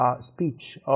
speech